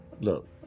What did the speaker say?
Look